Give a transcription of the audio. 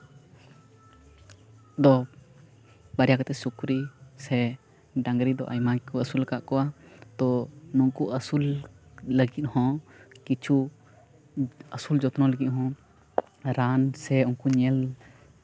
ᱫᱚ ᱵᱟᱨᱭᱟ ᱠᱟᱛᱮᱫ ᱥᱩᱠᱨᱤ ᱥᱮ ᱰᱟ ᱝᱨᱤ ᱫᱚ ᱟᱭᱢᱟ ᱜᱮᱠᱚ ᱟᱹᱥᱩᱞ ᱠᱚᱜ ᱠᱚᱣᱟ ᱛᱚ ᱱᱩᱝᱠᱩ ᱟᱹᱥᱩᱞ ᱞᱟᱜᱤᱫ ᱦᱚᱸ ᱠᱤᱪᱷᱩ ᱟᱹᱥᱩᱞ ᱡᱚᱛᱱᱚ ᱞᱟᱹᱜᱤᱫ ᱦᱚᱸ ᱨᱟᱱ ᱥᱮ ᱩᱝᱠᱩ ᱧᱮᱞ